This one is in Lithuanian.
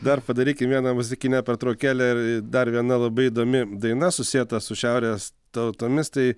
dar padarykim vieną muzikinę pertraukėlę ir dar viena labai įdomi daina susieta su šiaurės tautomis tai